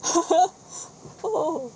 oh